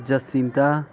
Jacinta